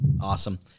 Awesome